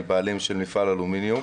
בעלים של מפעל אלומיניום,